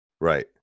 Right